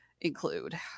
include